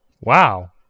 Wow